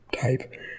type